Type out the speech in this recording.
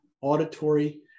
auditory